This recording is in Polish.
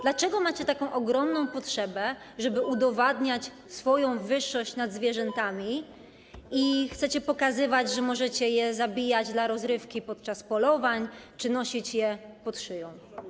Dlaczego macie taką ogromną potrzebę, żeby udowadniać swoją wyższość nad zwierzętami, i chcecie pokazywać, że możecie je zabijać dla rozrywki podczas polowań czy nosić je pod szyją?